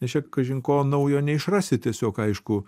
nes čia kažin ko naujo neišrasi tiesiog aišku